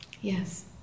Yes